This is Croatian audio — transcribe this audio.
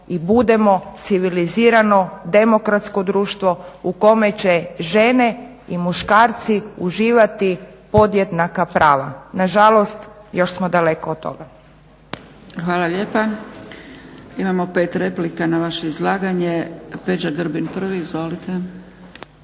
i budemo civilizirano, demokratsko društvo u kome će žene i muškarci uživati podjednaka prava. Nažalost, još smo daleko od toga. **Zgrebec, Dragica (SDP)** Hvala lijepa. Imamo pet replika na vaše izlaganje. Peđa Grbin prvi, izvolite.